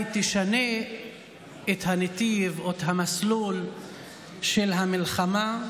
תשנה את הנתיב או את המסלול של המלחמה,